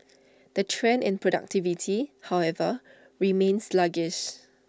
the trend in productivity however remains sluggish